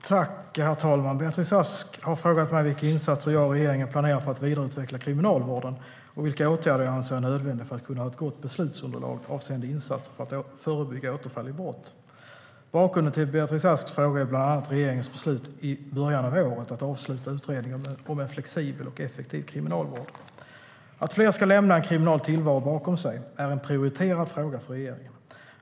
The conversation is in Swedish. Herr talman! Beatrice Ask har frågat mig vilka insatser jag och regeringen planerar för att vidareutveckla Kriminalvården och vilka åtgärder jag anser är nödvändiga för att kunna ha ett gott beslutsunderlag avseende insatser för att förebygga återfall i brott. Bakgrunden till Beatrice Asks frågor är bland annat regeringens beslut i början av året att avsluta utredningen En flexibel och effektiv kriminalvård. Att fler ska lämna en kriminell tillvaro bakom sig är en prioriterad fråga för regeringen.